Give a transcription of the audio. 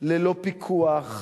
ללא פיקוח,